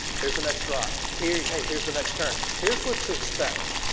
here is the next drop. here here is the next turn. here is what to expect.